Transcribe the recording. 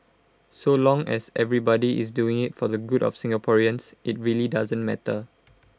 so long as everybody is doing IT for the good of Singaporeans IT really doesn't matter